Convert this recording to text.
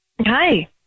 Hi